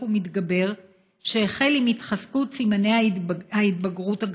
ומתגבר שהחל עם התחזקות סימני ההתבגרות הגברית.